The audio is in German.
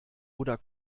oder